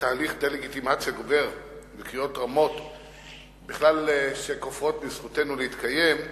תהליך דה-לגיטימציה גובר וקריאות רמות שכופרות בכלל בזכותנו להתקיים,